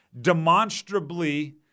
demonstrably